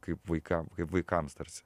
kaip vaikam kaip vaikams tarsi